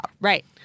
Right